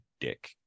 dick